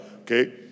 Okay